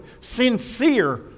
sincere